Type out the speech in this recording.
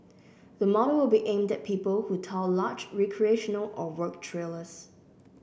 the model will be aimed at people who tow large recreational or work trailers